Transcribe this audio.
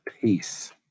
Peace